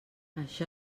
això